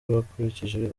bakurikije